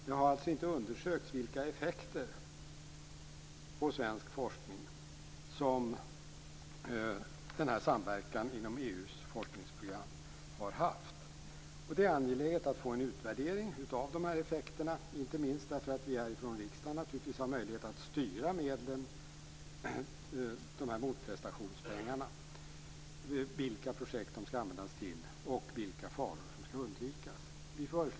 Det har inte undersökts vilka effekter på svensk forskning denna samverkan inom EU:s forskningsprogram har haft. Det är angeläget att få en utvärdering av dessa effekter, inte minst därför att vi härifrån riksdagen har möjlighet att styra medlen, dvs. motprestationspengarna. Vi kan avgöra vilka projekt de skall användas till och vilka faror som skall undvikas.